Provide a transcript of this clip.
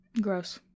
Gross